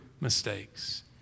mistakes